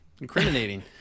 incriminating